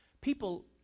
People